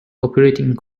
operating